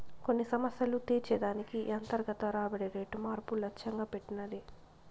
కొన్ని సమస్యలు తీర్చే దానికి ఈ అంతర్గత రాబడి రేటు మార్పు లచ్చెంగా పెట్టినది